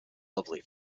lovely